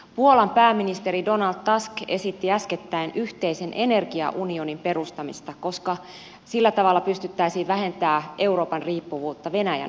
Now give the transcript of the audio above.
puolan pääministeri donald tusk esitti äskettäin yhteisen energiaunionin perustamista koska sillä tavalla pystyttäisiin vähentämään euroopan riippuvuutta venäjän energiasta